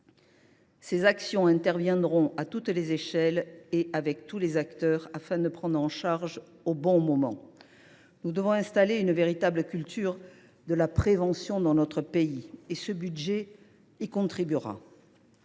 Ces actions interviendront à toutes les échelles et avec tous les acteurs, afin de prendre en charge au bon moment. Nous devons installer une véritable culture de la prévention dans notre pays ; ce budget y contribuera.